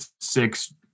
six